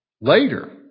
later